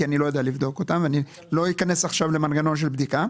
כי אני לא יודע לבדוק אותם ולא אכנס עכשיו למנגנון של בדיקה,